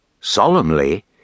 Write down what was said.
Solemnly